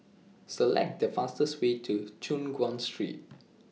Select The fastest Way to Choon Guan Street